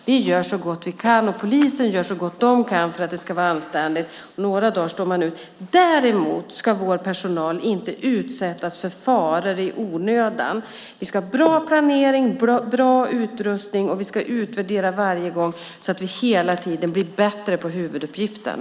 Vi gör så gott vi kan, och polisen gör så gott den kan för att det ska vara anständigt. Några dagar står man alltid ut. Däremot ska personalen inte utsättas för faror i onödan. Vi ska ha bra planering, bra utrustning och utvärdera varje gång så att vi hela tiden blir bättre på huvuduppgiften.